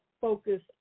focus